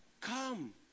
Come